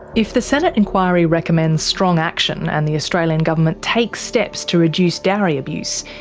if the senate inquiry recommends strong action, and the australian government takes steps to reduce dowry abuse,